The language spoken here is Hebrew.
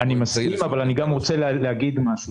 אני מסכים, אבל אני גם רוצה להגיד משהו.